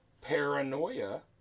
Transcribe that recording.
Paranoia